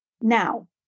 Now